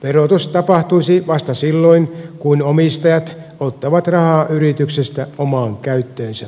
verotus tapahtuisi vasta silloin kun omistajat ottavat rahaa yrityksestä omaan käyttöönsä